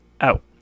out